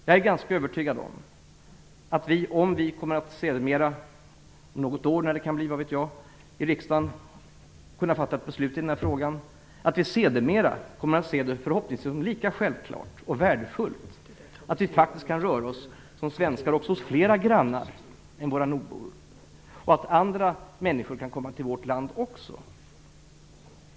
Jag är övertygad om att vi, om vi om något år har kunnat fatta beslut i frågan i riksdagen, sedermera kommer att se det förhoppningsvis som lika självklart och värdefullt att vi kan röra oss som svenskar också hos flera grannar än nordbor och att andra människor kan komma till vårt land.